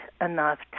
enough